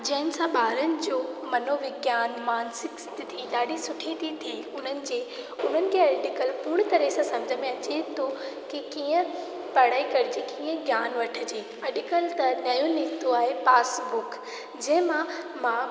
जंहिंसां ॿारनि जो मनोविज्ञानु मांसिक स्थिती ॾाढी सुठी थींदी इन्हनि जे उन्हनि खे अॼुकल्ह पूरी तरह सां सम्झ में अचे थो की कीअं पढ़ाई करिजे कीअं ध्यानु वठिजे अॼुकल्ह त नओं निकितो आहे पासबुक जंहिंमां मां